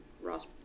Ross